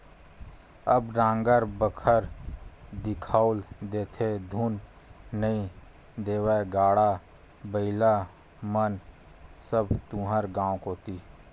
अब नांगर बखर दिखउल देथे धुन नइ देवय गाड़ा बइला मन सब तुँहर गाँव कोती